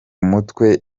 mutwe